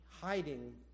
hiding